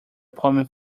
poem